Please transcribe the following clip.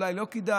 אולי לא כדאי,